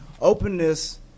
Openness